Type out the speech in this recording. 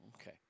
Okay